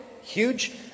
huge